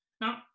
Now